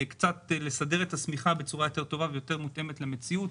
קצת לסדר את השמיכה בצורה יותר טובה ויותר מותאמת למציאות.